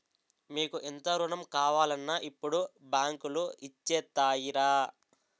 మీకు ఎంత రుణం కావాలన్నా ఇప్పుడు బాంకులు ఇచ్చేత్తాయిరా